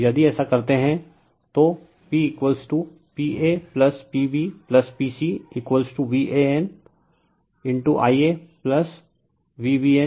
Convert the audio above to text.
तो यदि ऐसा करते हैं तो p pa pb pc VANIa VBNIbVCNi c